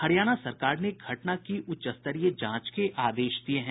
हरियाणा सरकार ने घटना की उच्च स्तरीय जांच के आदेश दिए हैं